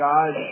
God